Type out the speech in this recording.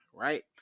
Right